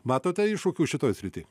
matote iššūkių šitoj srity